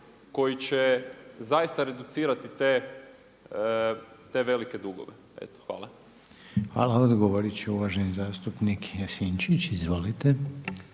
koji će zaista reducirati te velike dugove. Eto hvala. **Reiner, Željko (HDZ)** Hvala. Odgovorit će uvaženi zastupnik Sinčić, izvolite.